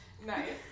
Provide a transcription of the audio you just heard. Nice